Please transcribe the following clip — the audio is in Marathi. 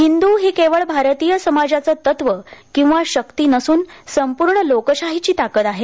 हिंद्र ही केवळ भारतीय समाजाचं तत्व किंवा शक्ती नसून संपूर्ण लोकशाहीची ताकद आहे